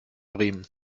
bremen